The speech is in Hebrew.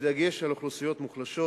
בדגש על אוכלוסיות מוחלשות,